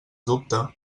dubte